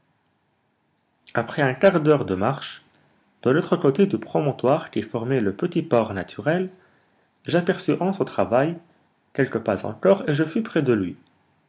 après un quart d'heure de marche de l'autre côté du promontoire qui formait le petit port naturel j'aperçus hans au travail quelques pas encore et je fus près de lui